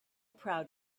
proud